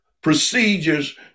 procedures